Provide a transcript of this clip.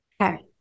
Okay